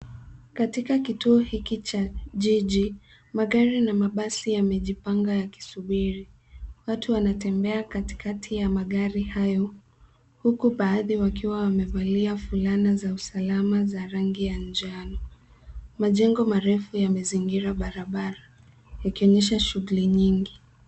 Katika kituo hiki cha jiji, magari na mabasi yamejipanga yakisubiri. Watu wanatembea katikati ya magari hayo, huku baadhi wakiwa wamevalia fulana za usalama za rangi ya njano. Majengo marefu yamezingira barabara yakionyesha shughuli nyingi.